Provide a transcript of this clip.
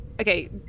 okay